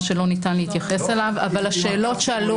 שלא ניתן להתייחס אליו אבל השאלות שעלו